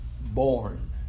born